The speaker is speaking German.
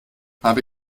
habe